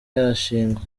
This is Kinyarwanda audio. yashingwa